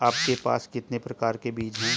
आपके पास कितने प्रकार के बीज हैं?